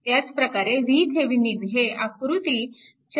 त्याच प्रकारे VThevenin हे आकृती 4